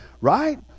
Right